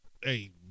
hey